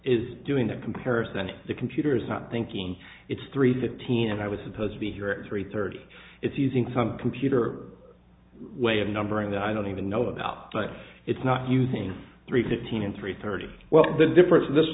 is doing the comparison and the computer is not thinking it's three fifteen and i was supposed to be here at three thirty it's using some computer way of numbering the i don't even know about it's not using three fifteen and three thirty well the difference this